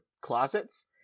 closets